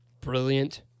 brilliant